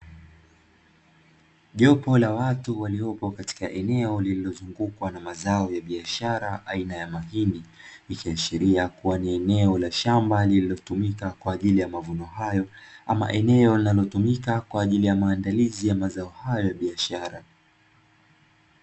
Jopo la watu waliopo katika eneo lililozungukwa na mazao ya biashara aina ya mahindi, ikiashiria kuwa ni eneo la shamba lililotumika kwa ajili ya mavuno hayo ama eneo linalotumika kwa ajili ya maandalizi ya mazao hayo ya biashara.